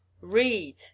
read